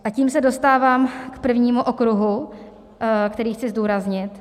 A tím se dostávám k prvnímu okruhu, který chci zdůraznit.